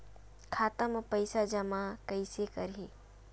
खाता म पईसा जमा कइसे करही?